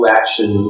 action